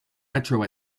metro